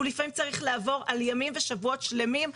הוא לפעמים צריך לעבור על ימים ושבועות שלמים,